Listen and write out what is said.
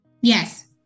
Yes